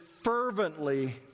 fervently